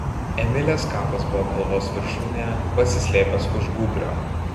emilės kapas buvo kalvos viršūnėje pasislėpęs už gūbrio